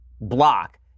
block